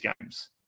games